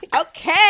Okay